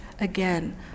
again